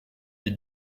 les